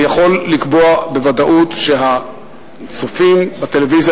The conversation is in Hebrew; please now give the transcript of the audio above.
אני יכול לקבוע בוודאות שהצופים בטלוויזיה